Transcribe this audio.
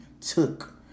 took